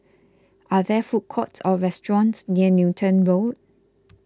are there food courts or restaurants near Newton Road